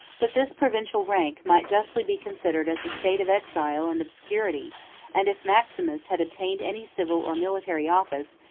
but this provincial rank might justly be considered as a state of exile and obscurity and if maximus had obtained any civil or military office,